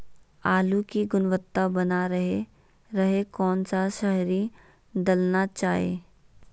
आलू की गुनबता बना रहे रहे कौन सा शहरी दलना चाये?